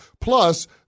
Plus